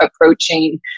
approaching